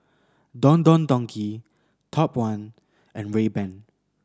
Don Don Donki Top One and Rayban